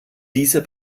dieser